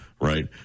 right